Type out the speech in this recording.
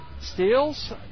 Steals